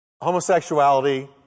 homosexuality